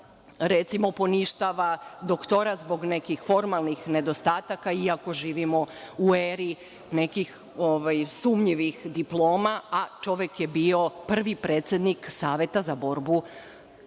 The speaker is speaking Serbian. recimo, poništava doktorat zbog nekih formalnih nedostataka, iako živimo u eri nekih sumnjivih diploma, a čovek je bio prvi predsednik Saveta za borbu protiv